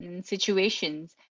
situations